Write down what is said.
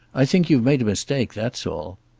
i think you've made a mistake, that's all.